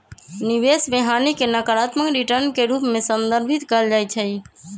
निवेश में हानि के नकारात्मक रिटर्न के रूप में संदर्भित कएल जाइ छइ